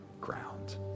ground